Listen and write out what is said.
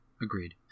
Agreed